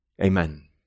Amen